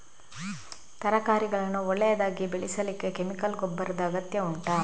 ತರಕಾರಿಗಳನ್ನು ಒಳ್ಳೆಯದಾಗಿ ಬೆಳೆಸಲಿಕ್ಕೆ ಕೆಮಿಕಲ್ ಗೊಬ್ಬರದ ಅಗತ್ಯ ಉಂಟಾ